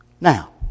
Now